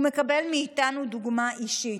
הוא מקבל מאיתנו דוגמה אישית.